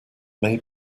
may